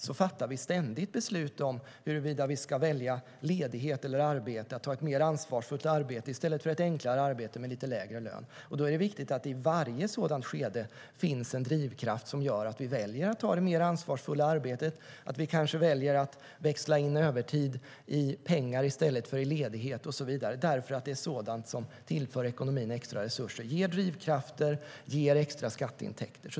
Vi fattar ständigt beslut om huruvida vi ska välja ledighet eller arbete eller ta ett mer ansvarsfullt arbete i stället för ett enklare med lite lägre lön. Då är det viktigt att det i varje sådant skede finns en drivkraft som gör att vi väljer att ta det mer ansvarsfulla arbetet, kanske väljer att växla in övertid i pengar i stället för i ledighet och så vidare. Det är sådant som tillför ekonomin extra resurser, ger drivkrafter och ger extra skatteintäkter.